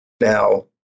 Now